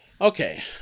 Okay